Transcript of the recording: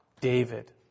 David